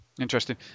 Interesting